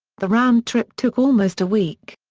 the round trip took almost a week.